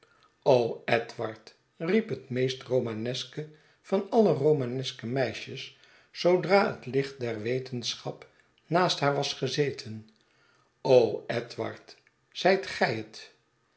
edward riep het meest romaneske van alle romaneske meisjes zoodra het licht der wetenschap naast haar was gezeten edward zijt gij het